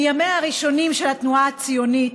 מימיה הראשונים של התנועה הציונית